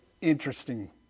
interesting